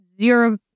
zero